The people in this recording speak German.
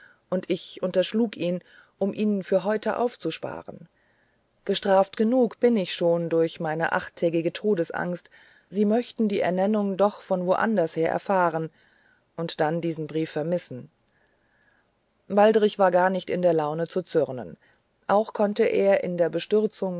und ich unterschlug ihn um ihn für heute aufzusparen gestraft genug bin und schon durch meine achttägige todesangst sie möchten die ernennung noch von wo anders her erfahren und dann diesen brief vermissen waldrich war gar nicht in der laune zu zürnen auch konnte er in der bestürzung